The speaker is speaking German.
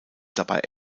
dabei